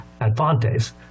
Advantes